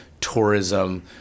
tourism